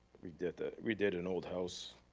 redid ah redid an old house,